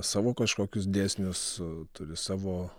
savo kažkokius dėsnius turi savo